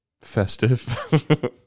festive